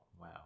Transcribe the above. Wow